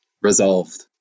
resolved